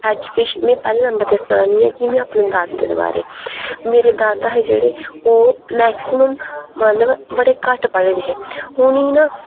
में पैहले नंबर ते सना दी आं कि अपने दादे दे बारे मेरे दादा हे जेह्ड़े ओह् मैक्सीमम मतलब बड़े घट्ट पढ़े दे हे उनेंगी ना